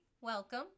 welcome